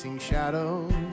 shadows